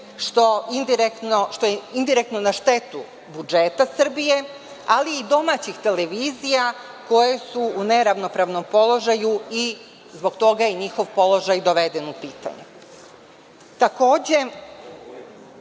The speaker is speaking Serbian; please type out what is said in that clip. što je indirektno na štetu budžeta Srbije, ali i domaćih televizija koje su u neravnopravnom položaju i zbog toga je njihov položaj doveden u pitanje. Takođe,